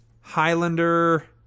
highlander